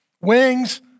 wings